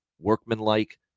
workmanlike